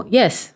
yes